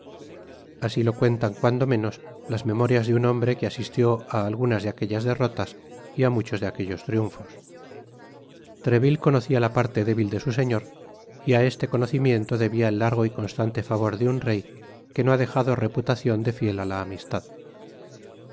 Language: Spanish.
asi lo cuentan cuando menos las memorias de un hombre que asistió á algunas de aquellas derrotas y á muchos de aquellos triunfos treville conocia la parte débil de su señor y á este conocimiento debia el largo y constante favor de un rey que no ha dejado reputacion de fiel á la amistad